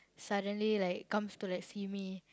suddenly like comes to like see me